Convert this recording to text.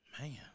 Man